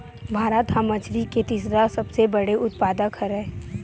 भारत हा मछरी के तीसरा सबले बड़े उत्पादक हरे